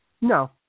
No